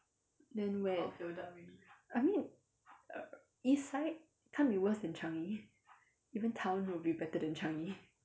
then where I mean err east side can't be worst than changi even town would be better than changi